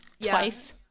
twice